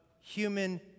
human